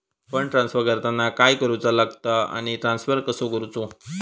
Fund transfer करताना काय करुचा लगता आनी ट्रान्स्फर कसो करूचो?